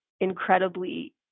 incredibly